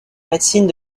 médecine